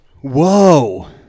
Whoa